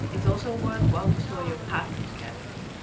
it's also worthwhile to store your patterns carefully.